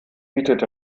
bietet